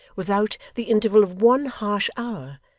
without the interval of one harsh hour,